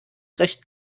recht